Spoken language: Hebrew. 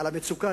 על המצוקה,